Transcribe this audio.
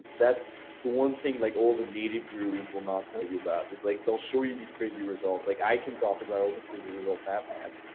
that's the one thing like all the native gurus will not tell you about. like they'll show you these crazy results, like i can talk about all the crazy results i've had,